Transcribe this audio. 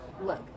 Look